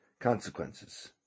consequences